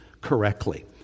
correctly